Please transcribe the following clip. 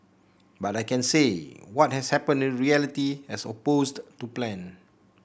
but I can say what has happened in reality as opposed to plan